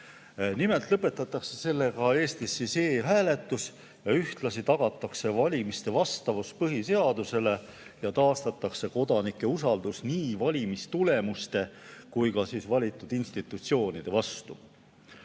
Nimelt lõpetatakse sellega Eestis e‑hääletus, ühtlasi tagatakse valimiste vastavus põhiseadusele ja taastatakse kodanike usaldus nii valimistulemuste kui ka valitud institutsioonide vastu. Meil